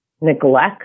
neglect